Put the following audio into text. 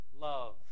love